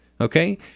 okay